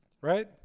Right